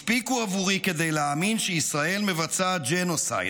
הספיקו עבורי כדי להאמין שישראל מבצעת ג'נוסייד,